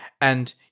And-